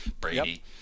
Brady